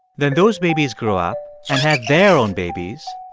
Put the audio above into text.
then those babies grew up and had their own babies.